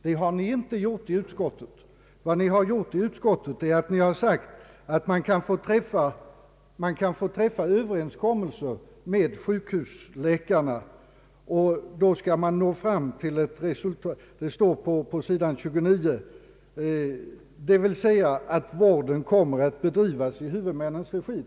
Det har ni inte gjort i utskottet. Vad ni har gjort i utskottet är att säga att överenskommelser skall kunna träffas med sjukhusläkarna och att det därvid förutsättes — detta står på s. 29 i utlåtandet — att vården kommer att bedrivas i huvudmännens regi.